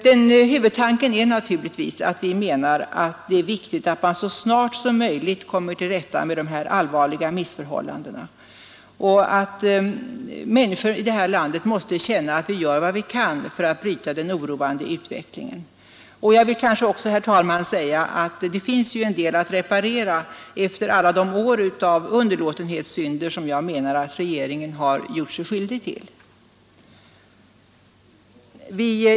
Vår huvudtanke är naturligtvis att det är viktigt att så snart som möjligt komma till rätta med de allvarliga missförhållandena och att människor här i landet måste få känna att vi gör vad vi kan för att bryta den oroande utvecklingen. Det finns ju också, herr talman, en del att reparera efter alla de år av underlåtenhetssynder som jag menar att regeringen har gjort sig skyldig till.